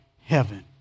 heaven